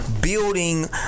building